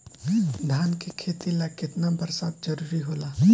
धान के खेती ला केतना बरसात जरूरी होला?